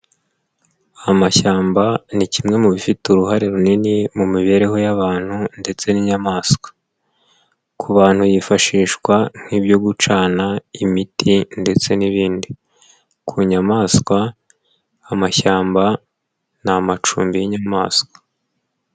Amashyamba ni kimwe mu bifite uruhare runini mu mibereho y'abantu ndetse n'inyamaswa, ku bantu yifashishwa nk'ibyo gucana, imiti ndetse n'ibindi, ku nyamaswa amashyamba ni amacumbi y'inyamaswa.